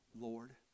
Lord